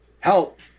help